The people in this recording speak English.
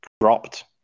dropped